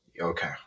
Okay